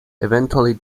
eventually